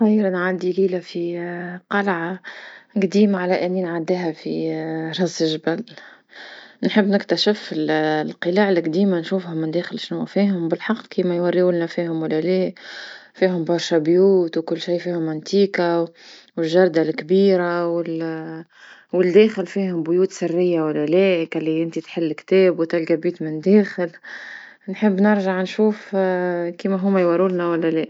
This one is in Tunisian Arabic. ندير نعدي ليلة في قلعة قديمة على أني نعديها في راس الجبل، نحب نكتشف لقلاع لقديمة نشوفهم من الداخل شنوا فيهم بالحق كيما يوريولنا فيهم ولا، فيهم برشا بيوت وكل شي فيهم انتيكة وحديقة الكبيرة ول- والداخل فيهم بيوت سرية ولا كلي انت تحلي كتاب وتلقى بيت من داخل، نحب نرجع نشوف كيما هوما يورو لنا ولا.